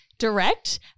direct